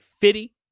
Fitty